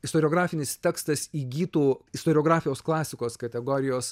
istoriografinis tekstas įgytų istoriografijos klasikos kategorijos